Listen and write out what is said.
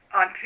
on